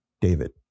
David